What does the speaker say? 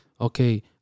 okay